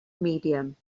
medium